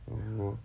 oh